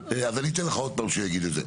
אז אני אתן לך עוד פעם שהוא יגיד את זה.